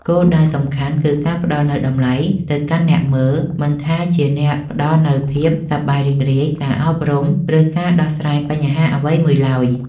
គោលដៅសំខាន់គឺការផ្តល់នូវតម្លៃ ទៅកាន់អ្នកមើល មិនថាជាការផ្ដល់នូវភាពសប្បាយរីករាយ ការអប់រំ ឬការដោះស្រាយបញ្ហាអ្វីមួយឡើយ។